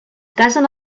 casen